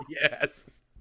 yes